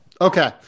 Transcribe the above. Okay